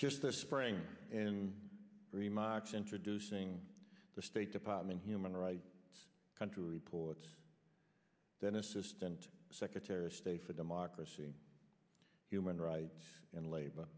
just this spring in remarks introducing the state department human right country reports then assistant secretary of state for democracy human rights and labor